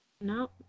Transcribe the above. No